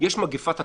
יש מגפת התקש"ח.